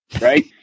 Right